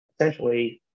essentially